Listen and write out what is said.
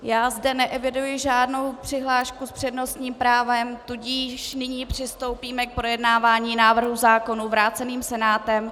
Já zde neeviduji žádnou přihlášku s přednostním právem, tudíž nyní přistoupíme k projednávání návrhů zákonů vrácených Senátem.